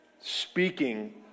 speaking